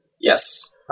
Yes